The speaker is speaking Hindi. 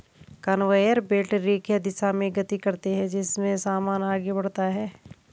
कनवेयर बेल्ट रेखीय दिशा में गति करते हैं जिससे सामान आगे बढ़ता है